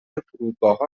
فرودگاهها